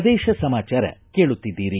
ಪ್ರದೇಶ ಸಮಾಚಾರ ಕೇಳುತ್ತಿದ್ದೀರಿ